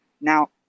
Now